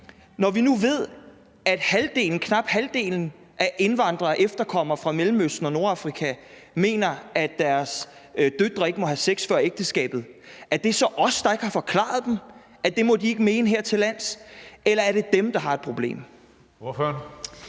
Når vi nu ved, at knap halvdelen af indvandrere og efterkommere fra Mellemøsten og Nordafrika mener, at deres døtre ikke må have sex før ægteskabet, er det så os, der ikke har forklaret dem, at det må de ikke mene hertillands, eller er det dem, der har et problem?